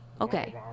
Okay